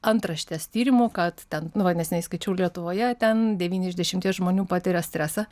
antraštes tyrimų kad ten nu va neseniai skaičiau lietuvoje ten devyni iš dešimties žmonių patiria stresą